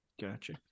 Gotcha